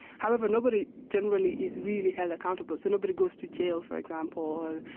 however, nobody generally is really held accountable, so nobody goes to jail for example.